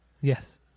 Yes